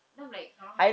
then I'm like !huh!